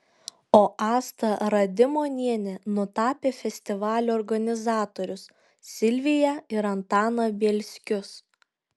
o asta radimonienė nutapė festivalio organizatorius silviją ir antaną bielskius